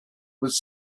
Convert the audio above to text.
was